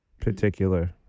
particular